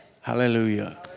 Hallelujah